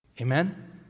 Amen